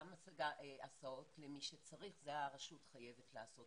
גם לעשות הסעות למי שצריך, זה הרשות חייבת לעשות